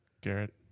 Garrett